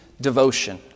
devotion